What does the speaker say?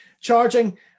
charging